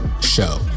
Show